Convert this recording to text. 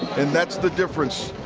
and that's the difference.